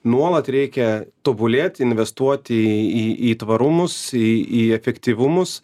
nuolat reikia tobulėt investuoti į į į tvarumus į į efektyvumus